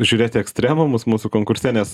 žiūrėti ekstremumus mūsų konkurse nes